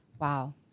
Wow